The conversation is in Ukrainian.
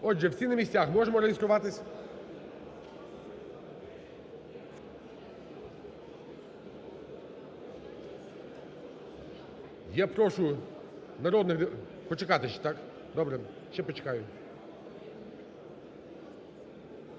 Отже, всі на місцях, можемо реєструватись? Я прошу народних… Почекати ще, так? Добре, ще почекаю. Тільки